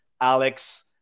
Alex